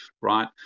right